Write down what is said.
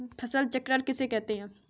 फसल चक्र किसे कहते हैं?